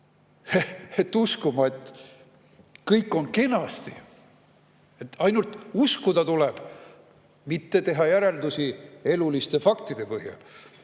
et usume, et kõik on kenasti? Kas ainult uskuda tuleb, mitte teha järeldusi eluliste faktide